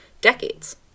decades